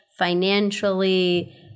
financially